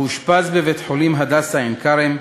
מאושפז בבית-החולים "הדסה עין-כרם",